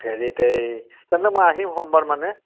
হেৰিত এই তাৰমানে মই আহিম সোমবাৰ মানে